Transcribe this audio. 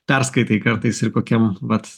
perskaitai kartais ir kokiam vat